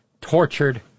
tortured